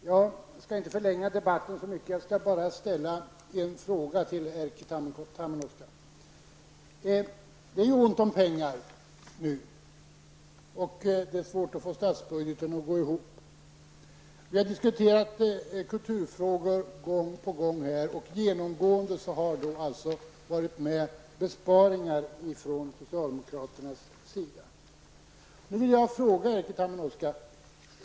Herr talman! Jag skall inte förlänga debatten så mycket. Jag skall bara ställa en fråga till Erkki Tammenoksa. Det är ont om pengar nu, och det är svårt att få statsbudgeten att gå ihop. Vi har diskuterat kulturfrågor gång på gång här. Genomgående har det gällt besparingar ifrån socialdemokraternas sida.